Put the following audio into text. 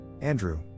Andrew